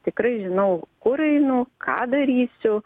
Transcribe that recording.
tikrai žinau kur einu ką darysiu